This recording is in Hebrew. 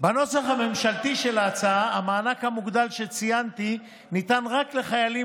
בנוסח הממשלתי של ההצעה המענק המוגדל שציינתי ניתן רק לחיילים